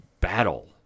battle